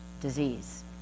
disease